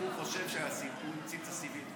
הוא חושב שהוא התחיל את הסיבים.